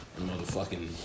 motherfucking